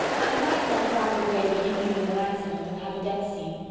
i might let robert ray be injured in an accident and have a death scene.